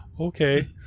Okay